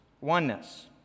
oneness